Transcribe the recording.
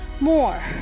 more